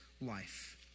life